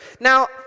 Now